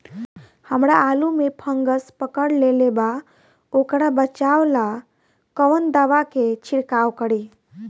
हमरा आलू में फंगस पकड़ लेले बा वोकरा बचाव ला कवन दावा के छिरकाव करी?